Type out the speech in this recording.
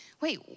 Wait